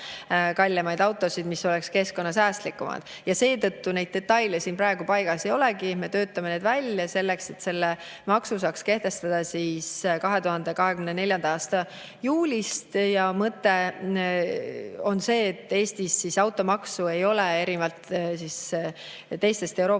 kallimaid autosid, mis on keskkonnasäästlikumad. Seetõttu neid detaile praegu paigas ei olegi. Me töötame need välja, selleks et selle maksu saaks kehtestada 2024. aasta juulist. Mõte on see, et Eestis ju automaksu ei ole, erinevalt teistest Euroopa